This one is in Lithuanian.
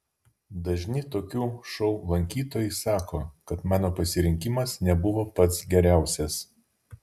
dažni tokių šou lankytojai sako kad mano pasirinkimas nebuvo pats geriausias